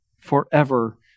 forever